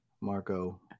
marco